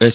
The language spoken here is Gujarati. એસ